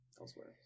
elsewhere